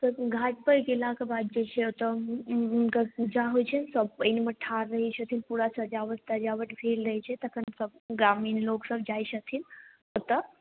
तब घाटपर गेलाक बाद जे छै ओतऽ हुनकर पूजा होइ छै सभ पानिमे ठार रहै छथिन पूरा सजावट तजावट भेल रहै छै तखन सभ ग्रामीण लोक सभ जाइ छथिन ओतऽ